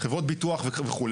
חברות ביטוח וכו',